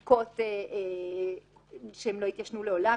מצדיק שהן לא יתיישנו לעולם,